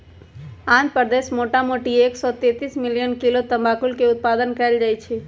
आंध्र प्रदेश मोटामोटी एक सौ तेतीस मिलियन किलो तमाकुलके उत्पादन कएल जाइ छइ